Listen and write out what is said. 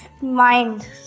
mind